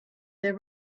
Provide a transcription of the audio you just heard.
there